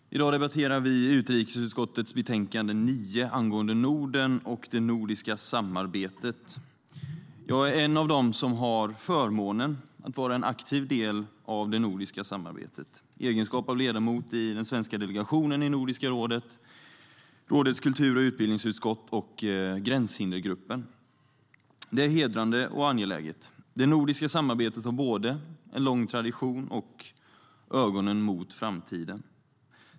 Herr talman! I dag debatterar vi utrikesutskottets betänkande 9 angående Norden och det nordiska samarbetet. Jag är en av dem som har förmånen att vara en aktiv del av det nordiska samarbetet i egenskap av ledamot i den svenska delegationen i Nordiska rådet, rådets kultur och utbildningsutskott och gränshindergruppen. Det är hedrande och angeläget. Det nordiska samarbetet har både en lång tradition och ögonen vända mot framtiden.